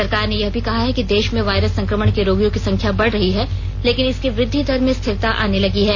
सरकार ने यह भी कहा है कि देश में वायरस संक्रमण के रोगियों की संख्या बढ़ रही है लेकिन इसकी वृद्धि दर में स्थिरता आने लगी है